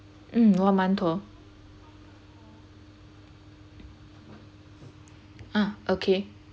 mm one month tour ah okay